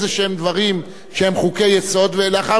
אפשר לשנות אותם בארבע קריאות באותו יום.